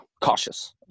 cautious